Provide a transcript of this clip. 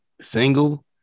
single